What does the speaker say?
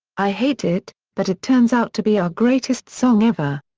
i hate it, but it turns out to be our greatest song ever.